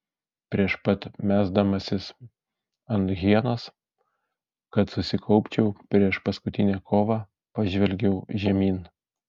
prieš pat mesdamasis ant hienos kad susikaupčiau prieš paskutinę kovą pažvelgiau žemyn